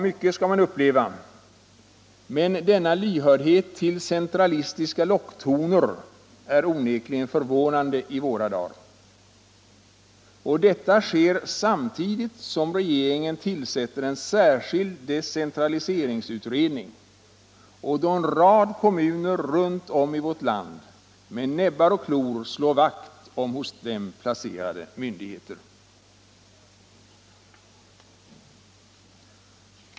Mycket skall man uppleva, men denna lyhördhet för centralistiska locktoner är onekligen förvånande i våra dagar. Och detta sker samtidigt som regeringen tillsätter en särskild decentraliseringsutredning och en rad kommuner runt om i vårt land med näbbar och klor slår vakt om hos dem placerade myndigheter.